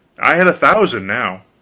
i had a thousand now